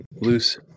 loose